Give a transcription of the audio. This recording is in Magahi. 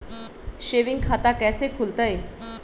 सेविंग खाता कैसे खुलतई?